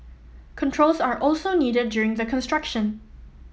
controls are also needed during the construction